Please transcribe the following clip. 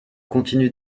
continue